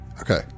Okay